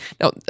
Now